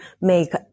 make